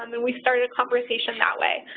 um and we started a conversation that way.